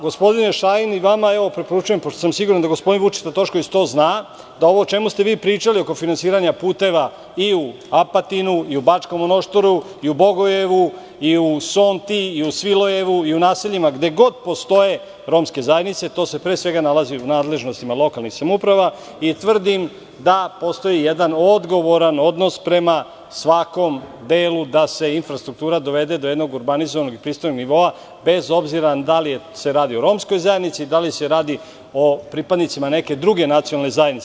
Gospodine Šajn vama preporučujem, pošto sam siguran da gospodin Tošković to dobro zna, da ovo o čemu ste vi pričali oko finansiranja puteva u Apatinu, Bačkom Monoštoru i u Bogojevu, u Sonti i u Svilojevu i u naseljima gde god postoje romske zajednice, to se pre svega nalazi u nadležnostima lokalnih samouprava i tvrdim da postoji jedan odgovoran odnos prema svakom delu da se infrastruktura dovede do jednog urbanizovanog i pristojnog nivoa bez obzira d ali se radi o romskoj zajednici, da li se radi o pripadnicima neke druge nacionalne zajednice.